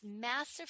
massive